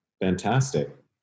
fantastic